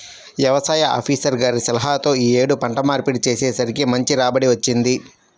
యవసాయ ఆపీసర్ గారి సలహాతో యీ యేడు పంట మార్పిడి చేసేసరికి మంచి రాబడి వచ్చింది